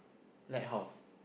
like how